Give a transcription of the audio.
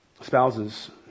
Spouses